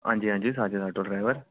हांजी हांजी Sajid auto driver